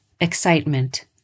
Excitement